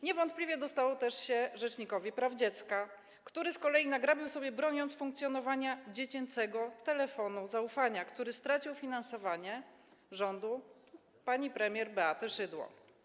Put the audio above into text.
Niewątpliwie dostało się też rzecznikowi praw dziecka, który z kolei nagrabił sobie, broniąc funkcjonowania dziecięcego telefonu zaufania, który stracił finansowanie rządu pani premier Beaty Szydło.